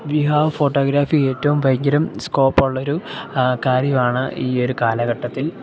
വിവാഹ ഫോട്ടോഗ്രാഫി ഏറ്റവും ഭയങ്കരം സ്കോപ്പൊള്ളൊരു കാര്യവാണ് ഈ ഒരു കാലഘട്ടത്തിൽ